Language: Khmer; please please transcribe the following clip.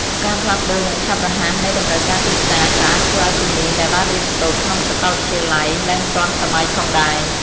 ការផ្លាស់ប្តូរយ៉ាងឆាប់រហ័សនៃតម្រូវការទីផ្សារ ក៏អាចធ្វើឲ្យជំនាញដែលបានរៀនសូត្រក្នុងសាកលវិទ្យាល័យ លែងទាន់សម័យផងដែរ។